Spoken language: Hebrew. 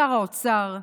שר האוצר,